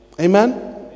Amen